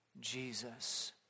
Jesus